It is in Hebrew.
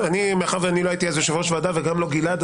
מאחר ואני לא הייתי אז יושב-ראש ועדה וגם לא גלעד,